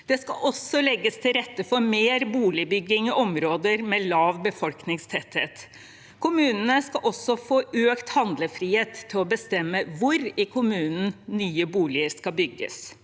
Det skal også legges til rette for mer boligbygging i områder med lav befolkningstetthet. Kommunene skal også få økt handlefrihet til å bestemme hvor i kommunene nye boliger skal bygges.